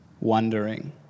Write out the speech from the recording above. wondering